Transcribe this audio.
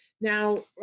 Now